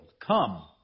Come